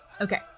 Okay